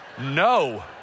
No